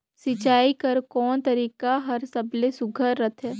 सिंचाई कर कोन तरीका हर सबले सुघ्घर रथे?